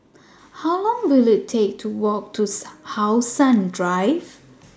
How Long Will IT Take to Walk to How Sun Drive